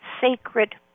Sacred